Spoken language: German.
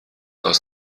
aus